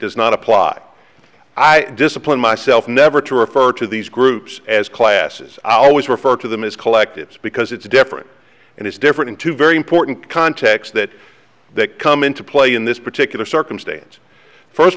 does not apply i discipline myself never to refer to these groups as classes i always refer to them as collectives because it's different and it's different in two very important context that that come into play in this particular circumstance first